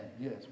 Yes